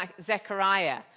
Zechariah